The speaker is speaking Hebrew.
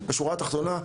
בשורה התחתונה,